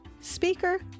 Speaker